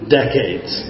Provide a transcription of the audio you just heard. decades